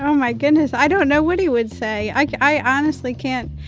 um my goodness. i don't know what he would say. i honestly can't.